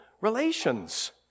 relations